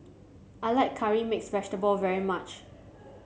I like curry mix vegetable very much